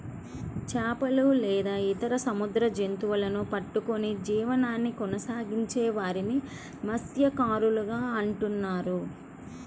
చేపలు లేదా ఇతర సముద్ర జంతువులను పట్టుకొని జీవనాన్ని కొనసాగించే వారిని మత్య్సకారులు అంటున్నారు